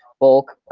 bulk.